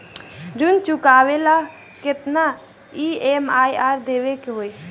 ऋण चुकावेला केतना ई.एम.आई देवेके होई?